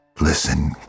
listen